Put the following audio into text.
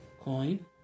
coin